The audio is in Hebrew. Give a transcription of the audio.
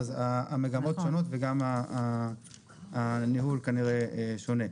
אז המגמות שונות וגם הניהול כנראה שונה.